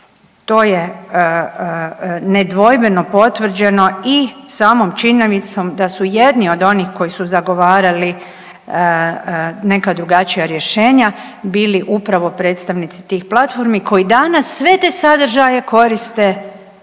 To je nedvojbeno potvrđeno i samom činjenicom da su jedni od onih koji su zagovarali neka drugačija rješenja bili upravo predstavnici tih platformi koji danas sve te sadržaje koriste bez